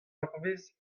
eurvezh